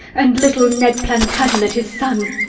and little ned plantagenet, his son?